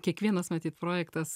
kiekvienas matyt projektas